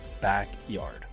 backyard